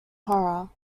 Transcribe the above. horror